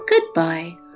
Goodbye